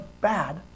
bad